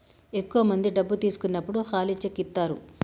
ఎక్కువ మంది డబ్బు తీసుకున్నప్పుడు ఖాళీ చెక్ ఇత్తారు